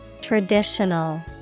Traditional